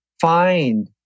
find